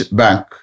bank